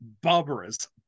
barbarism